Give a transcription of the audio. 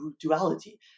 duality